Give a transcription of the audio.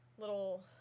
Little